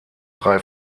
drei